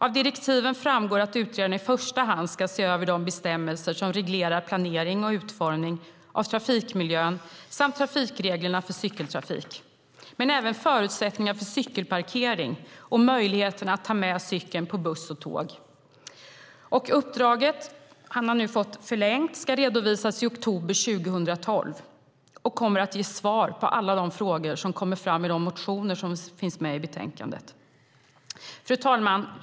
Av direktiven framgår att utredaren i första hand ska se över de bestämmelser som reglerar planering och utformning av trafikmiljön samt trafikreglerna för cykeltrafik men även förutsättningar för cykelparkering och möjligheten att ta med cykeln på buss och tåg. Uppdraget, som är förlängt, ska redovisas i oktober 2012 och kommer att ge svar på alla de frågor som kommer fram i de motioner som finns med i betänkandet. Fru talman!